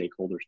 stakeholders